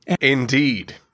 Indeed